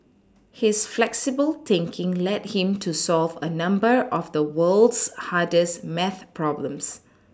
his flexible thinking led him to solve a number of the world's hardest maths problems